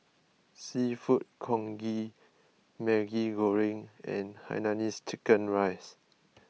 Seafood Congee Maggi Goreng and Hainanese Chicken Rice